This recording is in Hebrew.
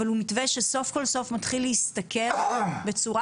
אבל הוא מתווה שסוף סוף מתחיל להסתכל בצורה